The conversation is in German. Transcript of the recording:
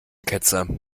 ketzer